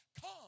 come